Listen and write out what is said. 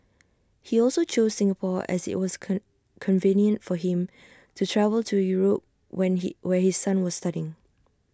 he also chose Singapore as IT was come convenient for him to travel to Europe when he where his son was studying